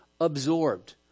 absorbed